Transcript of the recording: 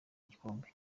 igikombe